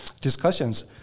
discussions